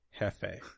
Hefe